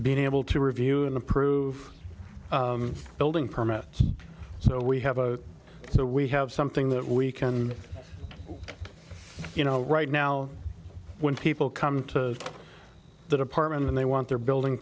being able to review and approve building permits so we have a so we have something that we can you know right now when people come to the department and they want their building